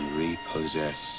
repossess